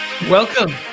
Welcome